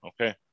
okay